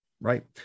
right